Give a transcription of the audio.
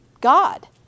God